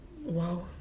Wow